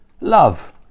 love